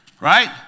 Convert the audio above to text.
right